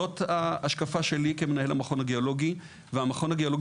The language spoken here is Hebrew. זאת ההשקפה שלי כמנהל המכון הגיאולוגי והמכון הגיאולוגי